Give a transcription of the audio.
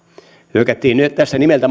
hyökättiin nyt tässä nimeltä